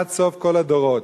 עד סוף כל הדורות.